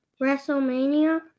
WrestleMania